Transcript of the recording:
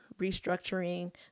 restructuring